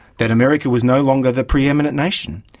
that america was no longer the pre-eminent nation.